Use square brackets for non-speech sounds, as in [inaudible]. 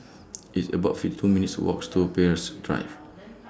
[noise] It's about fifty two minutes' Walks to Peirce Drive [noise]